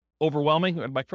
Overwhelming